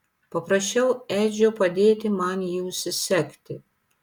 paprašiau edžio padėti man jį užsisegti